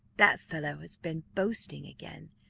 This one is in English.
that fellow has been boasting again,